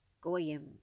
goyim